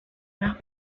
más